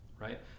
right